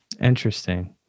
interesting